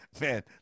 man